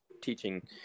teaching